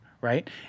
right